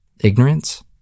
ignorance